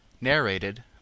Narrated